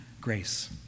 Grace